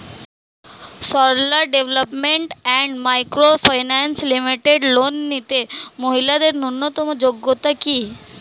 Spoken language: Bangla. Sarala development and micro finance limited loan নিতে মহিলাদের ন্যূনতম যোগ্যতা কী?